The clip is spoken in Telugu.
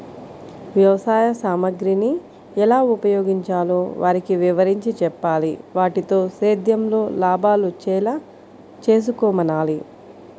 వ్యవసాయ సామగ్రిని ఎలా ఉపయోగించాలో వారికి వివరించి చెప్పాలి, వాటితో సేద్యంలో లాభాలొచ్చేలా చేసుకోమనాలి